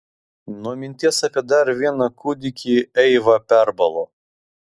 nuo minties apie dar vieną kūdikį eiva perbalo